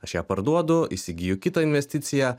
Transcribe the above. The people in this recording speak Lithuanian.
aš ją parduodu įsigiju kitą investiciją